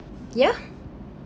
yeah